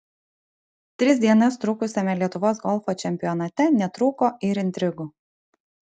tris dienas trukusiame lietuvos golfo čempionate netrūko ir intrigų